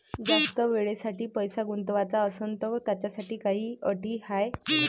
जास्त वेळेसाठी पैसा गुंतवाचा असनं त त्याच्यासाठी काही अटी हाय?